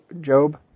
Job